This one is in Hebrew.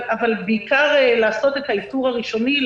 אבל בעיקר לעשות את האיתור הראשוני.